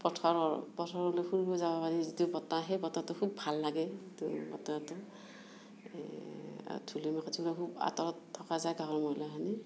পথাৰৰ পথাৰলৈ ফুৰিব যাব পাৰি যিটো বতাহ সেই বতাহটো খুব ভাল লাগে বতাহটো আৰু ধূলি মাকতি খুব আঁতৰত থকা যায় গাঁৱৰ মহিলাখিনি